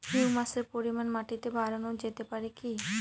হিউমাসের পরিমান মাটিতে বারানো যেতে পারে কি?